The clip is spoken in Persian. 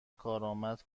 کارآمد